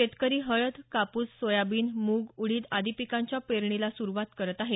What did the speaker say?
शेतकरी हळद कापूस सोयाबीन मूग उडीद आदी पिकांच्या पेरणीला सुरुवात करत आहेत